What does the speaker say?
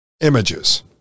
images